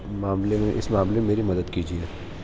معاملے میں اس معاملے میں میری مدد کیجیے